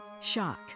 shock